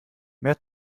mehr